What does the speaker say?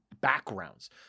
backgrounds